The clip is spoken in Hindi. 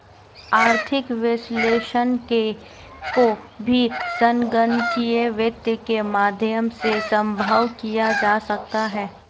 आर्थिक विश्लेषण को भी संगणकीय वित्त के माध्यम से सम्भव किया जा सकता है